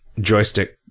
Joystick